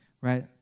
right